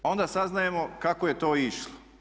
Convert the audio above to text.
Onda saznajemo kako je to išlo.